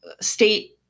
state